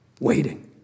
waiting